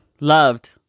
loved